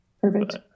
Perfect